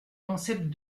concept